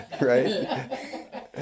right